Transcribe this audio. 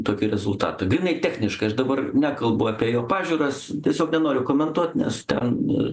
tokį rezultatą grynai techniškai aš dabar nekalbu apie jo pažiūras tiesiog nenoriu komentuot nes ten